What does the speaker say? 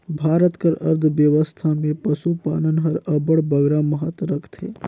भारत कर अर्थबेवस्था में पसुपालन हर अब्बड़ बगरा महत रखथे